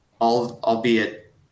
albeit